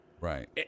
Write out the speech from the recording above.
Right